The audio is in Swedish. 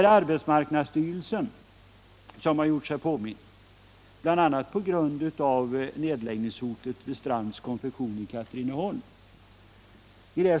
Det är arbetsmarknadsstyrelsen som har gjort sig påmind, bl.a. på grund av nedläggningshotet vid Strands Konfektions AB i Katrineholm.